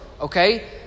Okay